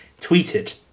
tweeted